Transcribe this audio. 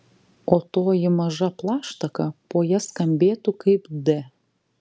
o toji maža plaštaka po ja skambėtų kaip d